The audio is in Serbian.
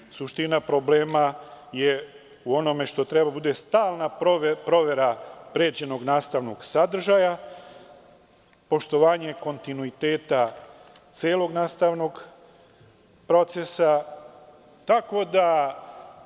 Dalje, suština problema je u onome što treba da bude stalna provera pređenog nastavnog sadržaja, poštovanje kontinuiteta celog nastavnog procesa, itd.